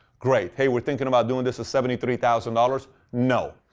great. hey, we're thinking about doing this seventy three thousand dollars. no.